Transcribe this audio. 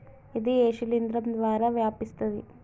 ఇది ఏ శిలింద్రం ద్వారా వ్యాపిస్తది?